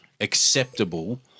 acceptable